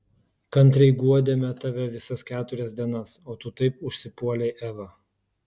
kantriai guodėme tave visas keturias dienas o tu taip užsipuolei evą